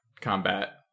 combat